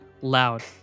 loud